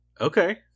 Okay